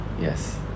Yes